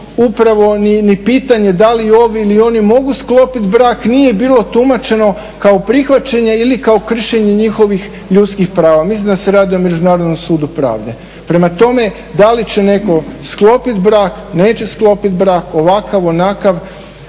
upravo ni pitanje da li ovi ili oni mogu sklopiti brak nije bilo tumačeno kao prihvaćanje ili kao kršenje njihovih ljudskih prava. Mislim da se radi o Međunarodnom sudu pravde. Prema tome, da li će netko sklopiti brak, neće sklopiti brak, ovakav, onakav,